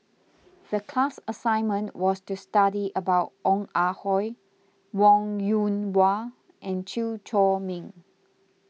the class assignment was to study about Ong Ah Hoi Wong Yoon Wah and Chew Chor Meng